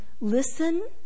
listen